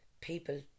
people